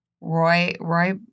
Roy—roy—